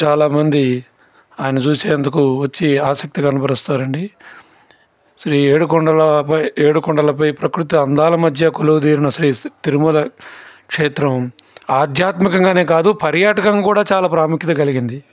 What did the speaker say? చాలా మంది ఆయన చూసేందుకు వచ్చి ఆసక్తి కనుపరుస్తారు అండి శ్రీ ఏడుకొండలపై ఏడుకొండలపై ప్రకృతి అందాల మధ్య కొలివు తీరిన శ్రీ తిరుమల క్షేత్రం ఆధ్యాత్మికంగా కాదు పర్యాటకంగా కూడా చాలా ప్రాముఖ్యత కలిగింది